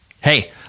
Hey